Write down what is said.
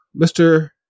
Mr